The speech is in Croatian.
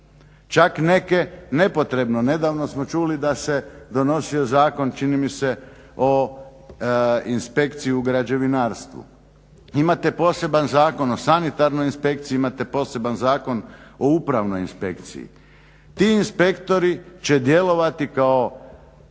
Čak neke nepotrebno, nedavno smo čuli da se donosio zakon čini mi se o inspekciji u građevinarstvu. Imate poseban Zakon o sanitarnoj inspekciji, imate poseban Zakon o Upravnoj inspekciji. Ti inspektori će djelovati kao